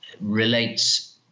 relates